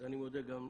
אז אני מודה גם,